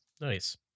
Nice